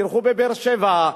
תלכו בבאר-שבע,